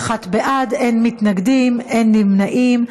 21 בעד, אין מתנגדים, אין נמנעים.